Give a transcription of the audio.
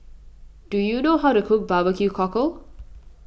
do you know how to cook Barbecue Cockle